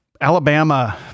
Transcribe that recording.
Alabama